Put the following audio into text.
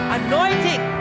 anointing